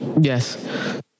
Yes